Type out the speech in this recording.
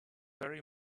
very